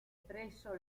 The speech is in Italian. presso